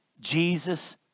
Jesus